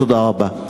תודה רבה.